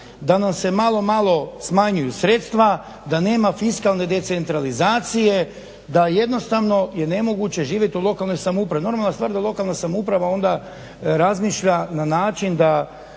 da nam se malo malo smanjuju sredstva, da nema fiskalne decentralizacije, da jednostavno je nemoguće živjeti u lokalnoj samoupravi. Normalna stvar da lokalna samouprava onda razmišlja na način da